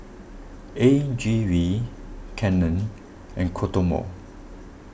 A G V Canon and Kodomo